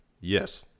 Yes